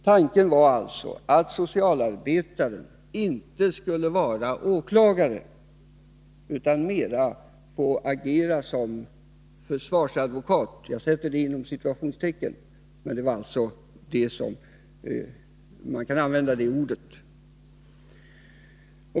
Tanken var att socialarbetarna inte skulle vara åklagare utan mera få agera som ”försvarsadvokat” — man kan använda det ordet.